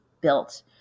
built